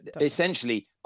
Essentially